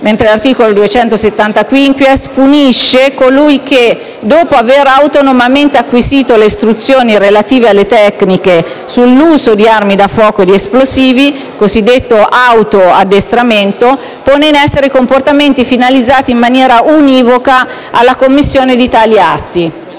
mentre l'articolo 270-*quinquies* punisce colui che, dopo aver autonomamente acquisito le istruzioni relative alle tecniche sull'uso di armi da fuoco o di esplosivi, cosiddetto autoaddestramento, pone in essere comportamenti finalizzati in maniera univoca alla commissione di tali atti.